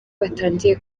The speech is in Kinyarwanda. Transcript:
batangiye